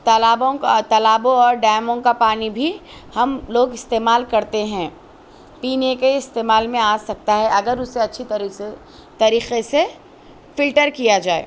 تالابوں کا تالابوں اور ڈیموں کا پانی بھی ہم لوگ استعمال کرتے ہیں پینے کے استعمال میں آ سکتا ہے اگر اسے اچھی طرح سے طریقے سے فلٹر کیا جائے